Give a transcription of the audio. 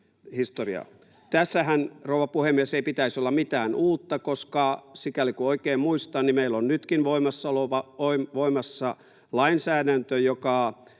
Tässähän, rouva puhemies, ei pitäisi olla mitään uutta, koska sikäli kuin oikein muistan, meillä on nytkin voimassa lainsäädäntö, joka